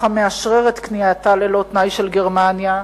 המאשרר את כניעתה ללא תנאי של גרמניה,